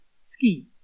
ski